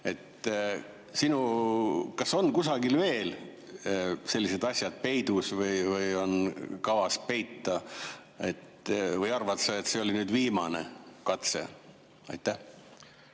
palju. Kas on kusagil veel sellised asjad peidus või on kavas neid peita? Või arvad sa, et see oli viimane katse? Hea